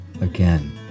Again